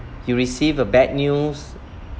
you receive a bad news